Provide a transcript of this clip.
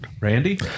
Randy